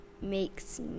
Makes